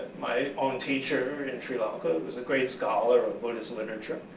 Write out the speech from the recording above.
my own teacher in sri lanka was a great scholar of buddhist literature,